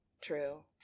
true